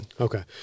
Okay